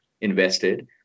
invested